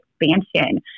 expansion